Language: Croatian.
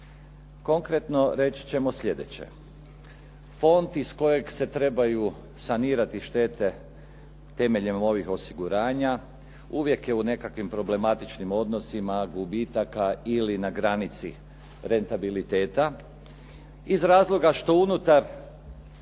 Konkretno, reći ćemo sljedeće. Fond iz kojeg se trebaju sanirati štete temeljem ovih osiguranja uvijek je u nekakvim problematičnim odnosima gubitaka ili na granici rentabiliteta iz razloga što unutar,